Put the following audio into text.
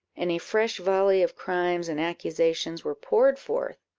and a fresh volley of crimes and accusations were poured forth.